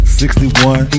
61